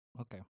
okay